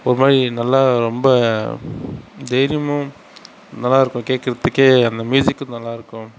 ஒருமாதிரி நல்லா ரொம்ப தைரியமாக நல்லா இருக்கும் கேட்குறதுக்கே அந்த மியூசிக்கும் நல்லா இருக்கும்